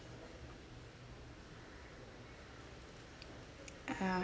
yah